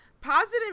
positive